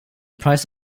price